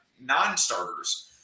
non-starters